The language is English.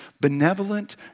benevolent